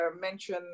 mention